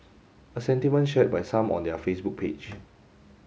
a sentiment shared by some on their Facebook page